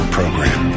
program